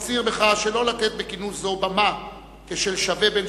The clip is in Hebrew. ומפציר בך שלא לתת בכינוס זה במה,